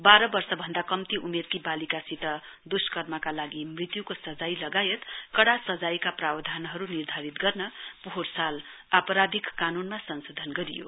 वीह वर्षभन्द कम्ती उमेरकी वालिकासित दुस्कर्मको लागि मृत्युको सजाय लगायत कडा सजायको प्रावधानहरु निर्धारित गर्न पोहोर साल आपराधिक कानूनमा संशोधिन गरियो